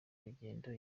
urugendo